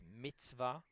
mitzvah